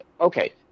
okay